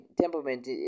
temperament